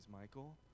Michael